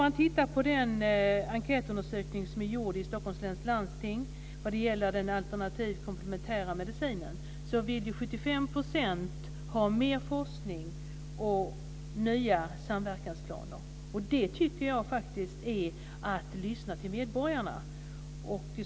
Enligt en enkätundersökning som är gjord i Stockholms läns landsting vad gäller den komplementära/alternativa medicinen vill 75 % ha mer forskning och nya samverkansplaner. Jag tycker faktiskt att detta är ett sätt att lyssna till medborgarna.